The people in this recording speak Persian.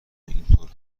اینطور